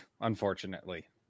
unfortunately